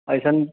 ऐसन